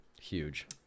Huge